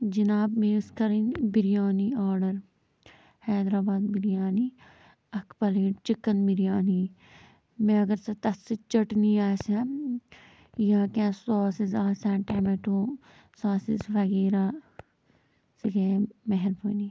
جِناب مےٚ ٲسۍ کَرٕنۍ بریانی آرڈَر حیدراآباد بریانی اَکھ پَلیٹ چِکَن بریانی مےٚ اگر سٔہ تَتھ سۭتۍ چیٚٹنی آسِہ ہا یا کیٚنہہ ساسِز آسہِ ہا ٹَمیٚٹو ساسِز وغیرہ سٔہ گٔے مہربٲنی